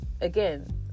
again